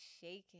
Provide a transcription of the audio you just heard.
shaking